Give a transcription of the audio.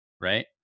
Right